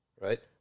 right